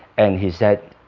and he said